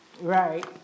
Right